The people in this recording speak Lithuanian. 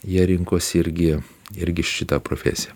jie rinkosi irgi irgi šitą profesiją